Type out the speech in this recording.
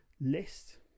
list